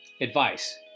advice